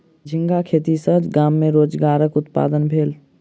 झींगा खेती सॅ गाम में रोजगारक उत्पादन भेल